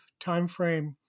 timeframe